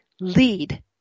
Lead